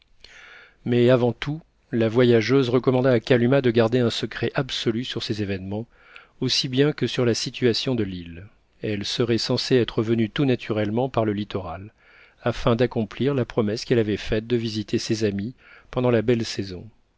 mais avant tout la voyageuse recommanda à kalumah de garder un secret absolu sur ces événements aussi bien que sur la situation de l'île elle serait censée être venue tout naturellement par le littoral afin d'accomplir la promesse qu'elle avait faite de visiter ses amis pendant la belle saison